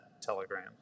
telegram